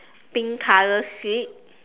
pink color seat